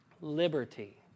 liberty